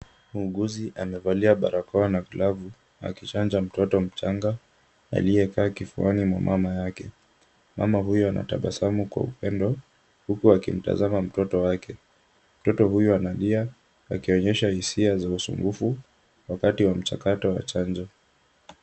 Muuguzi amevalia barakoa na glavu akichanja mtoto mchanga, aliyekaa kifuani mwa mama yake. Mama huyo anatabasamu kwa upendo huku akimutazama mtoto wake. Mtoto huyu analia akionyesha hisia za usumbufu wakati wa mchakato wa chanjo.